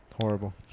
horrible